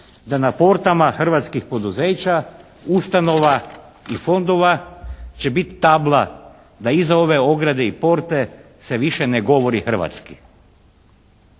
da na portama hrvatskih poduzeća, ustanova i fondova će biti tabla da iza ove ograde i porte se više ne govori hrvatski.